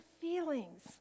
feelings